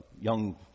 young